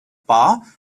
bar